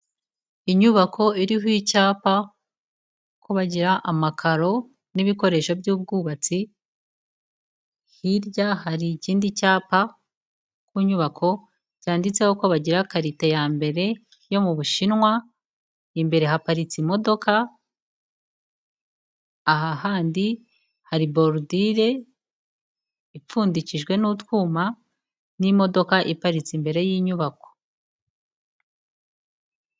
Inyubako iriho icyapa kubagira amakaro n'ibikoresho by'ubwubatsi, hirya hari ikindi cyapa ku nyubako, cyanditseho ko bagira karite ya mbere yo mu Bushinwa, imbere haparitse imodoka, aha handi hari boridire ipfundikijwe n'utwuma, n'imodoka iparitse imbere y'inyubako.